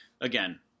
Again